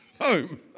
home